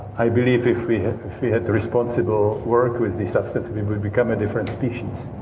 i believe if we had we had responsible work with these substances we would become a different species.